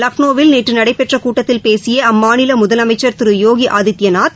லக்னோவில் நேற்றுநடைபெற்றகூட்டத்தில் பேசியஅம்மாநிலமுதலமைச்சர் திருயோகிஆதித்யநாத்